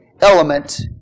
element